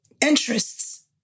interests